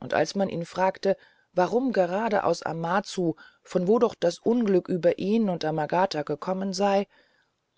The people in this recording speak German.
und als man ihn fragte warum gerade aus amazu von wo doch das unglück über ihn und amagata gekommen sei